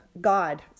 God